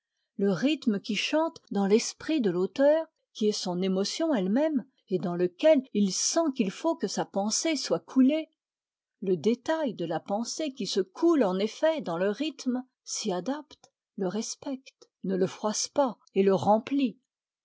le rythme qui chante dans l'esprit de l'auteur qui est son émotion elle-même et dans lequel il sent qu'il faut que sa pensée soit coulée le détail de la pensée qui se coule en effet dans le rythme s'y adapte le respecte ne le froisse pas et le remplit